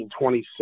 1926